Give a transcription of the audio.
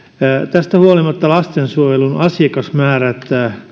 tästä huolimatta lastensuojelun asiakasmäärät